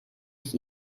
ich